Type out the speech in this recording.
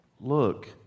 look